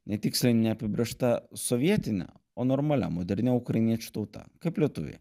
netiksliai neapibrėžta sovietine o normalia modernia ukrainiečių tauta kaip lietuviai